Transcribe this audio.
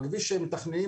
הכביש שהתכנית